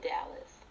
Dallas